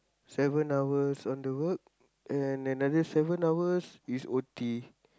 seven hours on the road and another seven hours is O_T